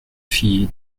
fille